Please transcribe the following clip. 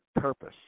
purpose